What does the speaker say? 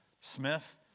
Smith